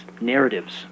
narratives